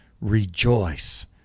rejoice